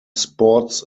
sports